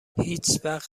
هیچوقت